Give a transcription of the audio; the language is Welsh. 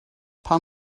pam